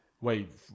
Wait